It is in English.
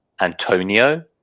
Antonio